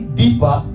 deeper